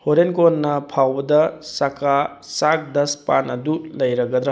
ꯍꯣꯔꯦꯟ ꯀꯣꯟꯅ ꯐꯥꯎꯕꯗ ꯆꯛꯀꯥ ꯆꯥꯛ ꯗꯁ ꯄꯥꯟ ꯑꯗꯨ ꯂꯩꯔꯒꯗ꯭ꯔ